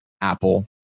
Apple